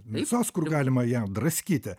visos kur galima ją draskyti